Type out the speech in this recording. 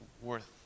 worth